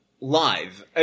live